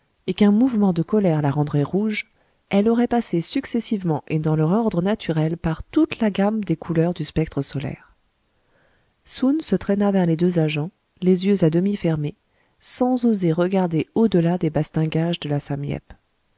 et qu'un mouvement de colère la rendrait rouge elle aurait passé successivement et dans leur ordre naturel par toute la gamme des couleurs du spectre solaire soun se traîna vers les deux agents les yeux à demi fermés sans oser regarder au-delà des bastingages de la